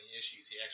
issues